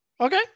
Okay